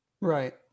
Right